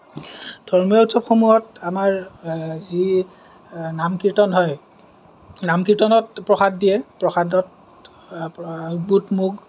ধৰ্মীয় উৎসৱসমূহত আমাৰ যি নাম কীৰ্তন হয় নাম কীৰ্তনত প্ৰসাদ দিয়ে প্ৰসাদত বুট মগু